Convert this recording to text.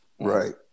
Right